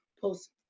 post